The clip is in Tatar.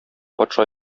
патша